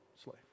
Slave